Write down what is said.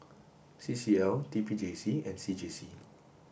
C C L T P J C and C J C